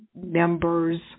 members